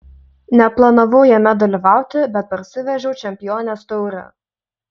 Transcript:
neplanavau jame dalyvauti bet parsivežiau čempionės taurę